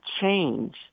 change